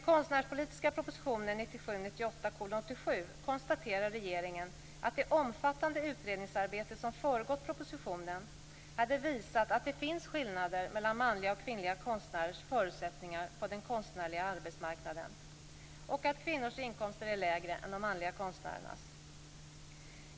konstaterade regeringen att det omfattande utredningsarbete som föregått propositionen hade visat att det finns skillnader mellan manliga och kvinnliga konstnärers förutsättningar på den konstnärliga arbetsmarknaden och att kvinnors inkomster är lägre än de manliga konstnärernas.